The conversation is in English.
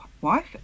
wife